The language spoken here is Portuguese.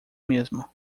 mesmo